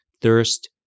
thirst